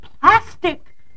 Plastic